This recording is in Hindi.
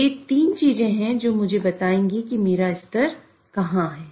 वे 3 चीजें हैं जो मुझे बताएंगी कि मेरा स्तर कहां है